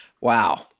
Wow